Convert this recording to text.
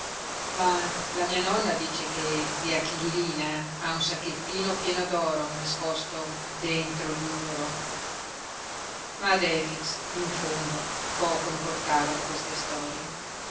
ma la mia nonna dice che zia kallina ha un sacchettino pieno d'oro nascosto dentro il muro ma ad efix in fondo poco importavano queste storie